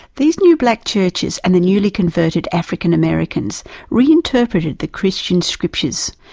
these new black churches and the newly converted african-americans reinterpreted the christian scriptures.